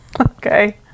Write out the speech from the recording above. Okay